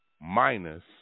minus